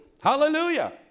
hallelujah